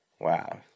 wow